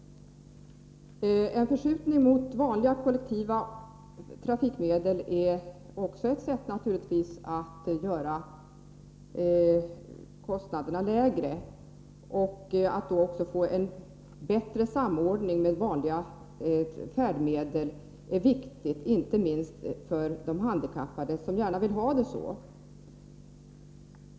En förskjutning mot vanliga kollektiva trafikmedel är naturligtvis också ett sätt att göra kostnaderna lägre. Att få en bättre samordning med vanliga färdmedel är samtidigt viktigt, inte minst för att de handikappade gärna vill ha det så.